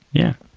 yeah.